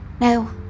No